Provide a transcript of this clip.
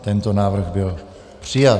Tento návrh byl přijat.